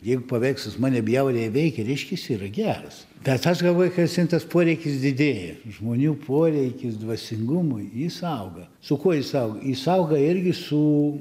jeigu paveikslas mane bjauriai veikia reiškias yra geras bet aš golvuoj ka vis vien tas poreikis didėja žmonių poreikis dvasingumui jis auga su kuo jis auga jis auga irgi su